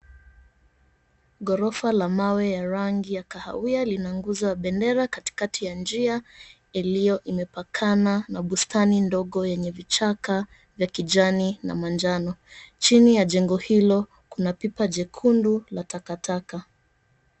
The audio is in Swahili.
Ghorofa la mawe ya rangi ya kahawia linanguzo ya bendera katikati ya njia iliyo imepakana na bustani ndogo yenye vichaka vya kijani namanjano. Chini ya jengo hilo kuna pipa jekundu ya takataka.